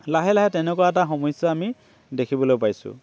লাহে লাহে তেনেকুৱা এটা সমস্যা আমি দেখিবলৈ পাইছোঁ